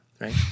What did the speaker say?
right